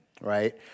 right